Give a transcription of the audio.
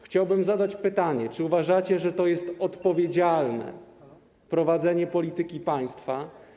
Chciałbym zadać pytanie: Czy uważacie, że to jest odpowiedzialne prowadzenie polityki państwa?